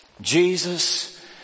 Jesus